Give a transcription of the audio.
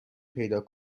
پیدا